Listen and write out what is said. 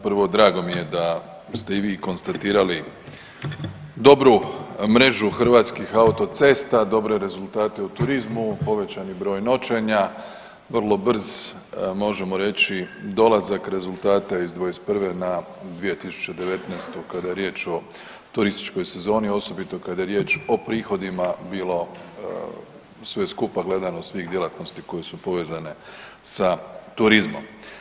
Prvo, drago mi je da ste i vi konstatirali dobru mrežu hrvatskih autocesta, dobre rezultate u turizmu, povećani broj noćenja, vrlo brz možemo reći dolazak rezultata iz '21. na 2019. kada je riječ o turističkoj sezoni, osobito kada je riječ o prihodima bilo sve skupa gledano svih djelatnosti koje su povezane sa turizmom.